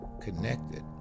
connected